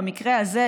במקרה הזה,